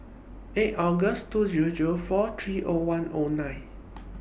eight August two Zero Zero four three O one O nine